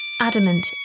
adamant